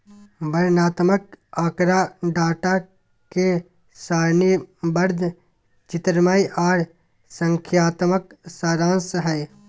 वर्णनात्मक आँकड़ा डाटा के सारणीबद्ध, चित्रमय आर संख्यात्मक सारांश हय